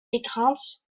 étreinte